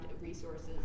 resources